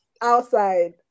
outside